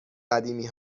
قدیمی